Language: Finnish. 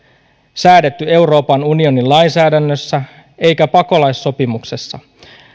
säädetty euroopan unionin lainsäädännössä eikä pakolaissopimuksessa